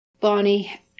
Bonnie